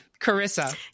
Carissa